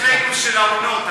בעברית רהוטה,